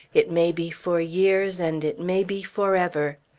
it may be for years, and it may be forever!